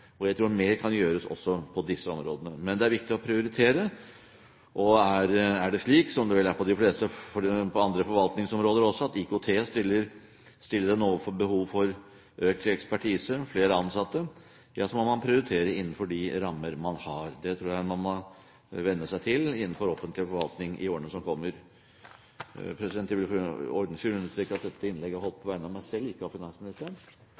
og utviklingshjelp, som jo har ført til at utviklingsavdelingen i Utenriksdepartementet nå bl.a. har iverksatt strengere tiltak med hensyn til korrupsjon, budsjettstøtte osv. Jeg tror mer kan gjøres også på disse områdene. Det er altså viktig å prioritere. Og er det slik som det vel er på andre forvaltningsområder også, at IKT stiller en overfor behov for økt ekspertise og flere ansatte, må man prioritere innenfor de rammer man har. Det tror jeg man må venne seg til innenfor offentlig forvaltning i årene som kommer. Jeg vil for ordens skyld understreke at dette